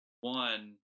one